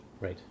Right